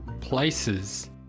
Places